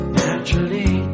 naturally